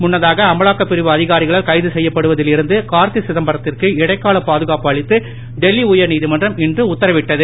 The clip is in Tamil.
முன்னதாக அமலாக்கப் பிரிவு அதிகாரிகளால் கைது செய்யப்படுவதில் இருந்து கார்த்தி சிதம்பரத்திற்கு இடைக்கால பாதுகாப்பு அளித்து டெல்லி உயர் நீதிமன்றம் இன்று உத்தரவிட்டது